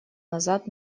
назад